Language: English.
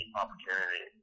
opportunity